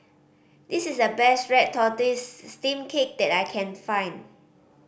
this is the best red tortoise steamed cake that I can find